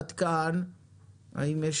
עד כאן האם יש